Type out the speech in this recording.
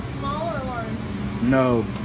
No